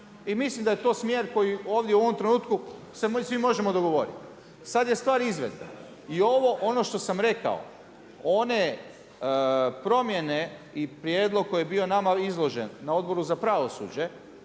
I mislim da je to smjer koji ovdje u ovom trenutku svi možemo dogovoriti, sad je stvar izvedbe. I ono što sam rekao one promjene i prijedlog koji je bio nama izložen na Odboru za pravosuđe